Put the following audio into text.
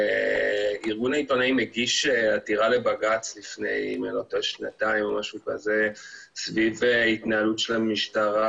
ארגון העיתונאים הגיש עתירה לבג"ץ לפני כשנתיים סביב התנהלות המשטרה,